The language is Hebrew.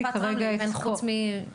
מה זה אומר נפת רמלה חוץ מאסף הרופא?